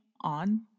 on